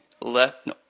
left